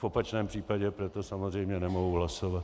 V opačném případě pro to samozřejmě nemohu hlasovat.